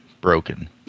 broken